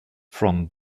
from